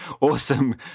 Awesome